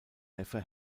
neffe